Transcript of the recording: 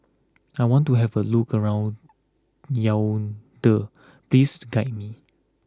I want to have a look around Yaounde please guide me